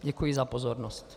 Děkuji za pozornost.